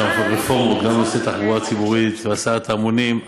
בנושא תחבורה ציבורית והסעת המונים.